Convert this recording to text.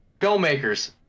Filmmakers